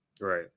Right